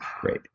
great